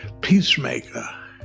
Peacemaker